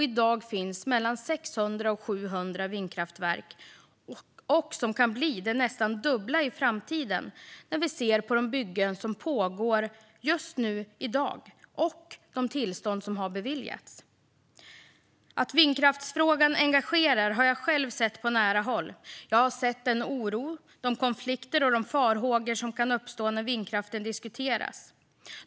I dag finns där mellan 600 och 700 vindkraftverk, och det kan bli nästan det dubbla i framtiden i och med de byggen som pågår just nu och de tillstånd som har beviljats. Att vindkraftsfrågan engagerar har jag själv sett på nära håll. Jag har sett den oro, de konflikter och de farhågor som kan uppstå när vindkraften diskuteras.